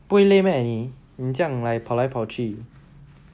不会累 meh 你这样 like 跑来跑去